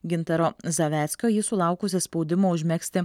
gintaro zaveckio ji sulaukusi spaudimo užmegzti